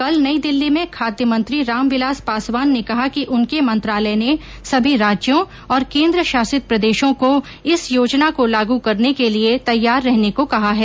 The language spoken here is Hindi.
कल नई दिल्ली में खाद्य मंत्री रामविलास पासवान ने कहा कि उनके मंत्रालय ने सभी राज्यों और केन्द्रशासित प्रदेशों को इस योजना को लागू करने के लिए तैयार रहने को कहा है